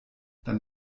dann